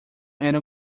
era